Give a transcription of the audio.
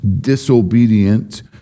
disobedient